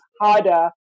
harder